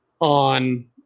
on